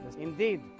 Indeed